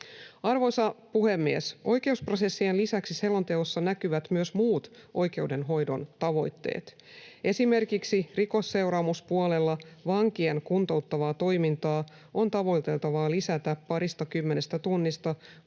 Arvoisa puhemies! Oikeusprosessien lisäksi selonteossa näkyvät muut oikeudenhoidon tavoitteet. Esimerkiksi rikosseuraamuspuolella vankien kuntouttavaa toimintaa on tavoiteltavaa lisätä paristakymmenestä tunnista